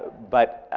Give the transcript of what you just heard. but,